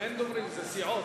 אין דוברים, זה סיעות.